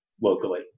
locally